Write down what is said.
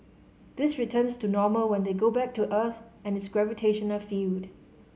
this returns to normal when they go back to Earth and its gravitational field